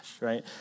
right